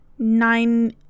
Nine